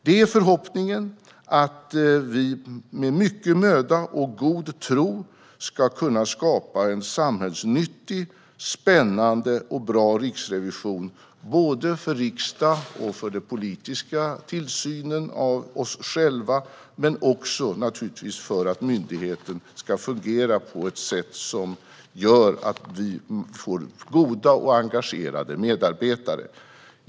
Det är förhoppningen att vi med mycket möda och god tro ska kunna skapa en samhällsnyttig, spännande och bra riksrevision såväl för riksdag och den politiska tillsynen av oss själva som för att myndigheten ska fungera på ett sätt som gör att vi får goda och engagerade medarbetare.